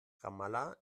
ramallah